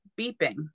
beeping